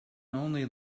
only